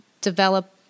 develop